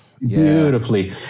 Beautifully